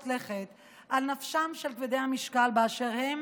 לכת על נפשם של כבדי המשקל באשר הם,